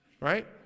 right